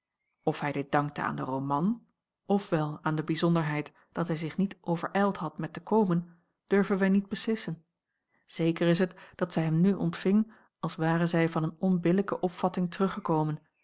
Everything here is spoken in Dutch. of hij dit dankte aan den roman of wel aan de bijzonderheid dat hij zich niet overijld had met te komen durven wij niet beslissen zeker is het dat zij hem nu ontving als ware zij van eene onbillijke opvatting teruggekomen